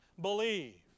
believe